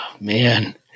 man